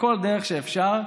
בכל דרך שאפשר,